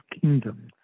kingdom